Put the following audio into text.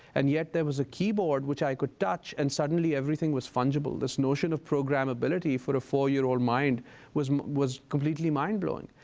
and yet there was a keyboard which i could touch, and suddenly everything was fungible. this notion of programmability for a four-year-old mind was was completely mind-blowing.